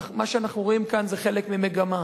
מה שאנחנו רואים כאן זה חלק ממגמה.